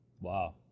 wow